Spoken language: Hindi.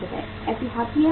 एहतियाती मकसद